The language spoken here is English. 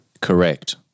correct